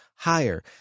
higher